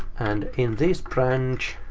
and in this branch,